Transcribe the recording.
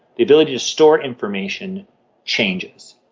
the ability to store information changes.